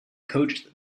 coached